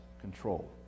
control